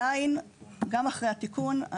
גם אחרי התיקון,